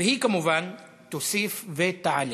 והיא כמובן תוסיף ותעלה.